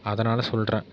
அதனால் சொல்கிறேன்